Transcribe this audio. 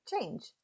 change